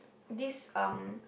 this um